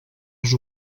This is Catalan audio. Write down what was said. els